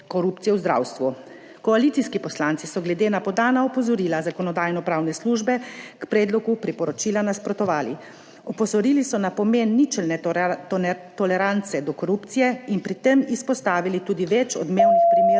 korupcije v zdravstvu. Koalicijski poslanci so glede na podana opozorila Zakonodajno-pravne službe k predlogu priporočila nasprotovali. Opozorili so na pomen ničelne tolerance do korupcije in pri tem izpostavili tudi več odmevnih primerov,